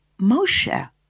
Moshe